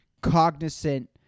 cognizant